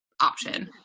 option